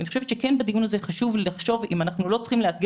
אני חושבת שבדיון הזה חשוב לחשוב אם אנחנו לא צריכים לשנות